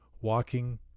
walking